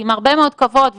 עם הרבה מאוד כבוד,